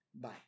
Bye